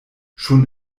schon